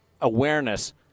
awareness